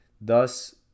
Thus